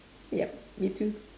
yup me too